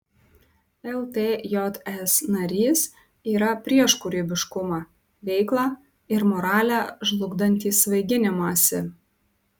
ltjs narys yra prieš kūrybiškumą veiklą ir moralę žlugdantį svaiginimąsi